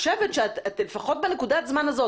לפחות בנקודת הזמן הזאת,